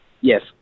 Yes